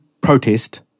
protest